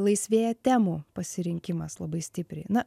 laisvėja temų pasirinkimas labai stipriai na